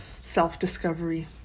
self-discovery